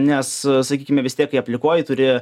nes sakykime vis tiek kai aplikuoji turi